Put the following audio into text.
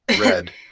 red